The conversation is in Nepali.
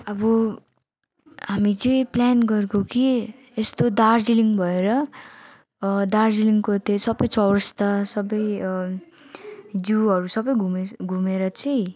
अब हामी चाहिँ प्लान गरेको के यस्तो दार्जिलिङ भएर दार्जिलिङको त्यो सबै चौरस्ता सबै जूहरू सबै घुमिस घुमेर चाहिँ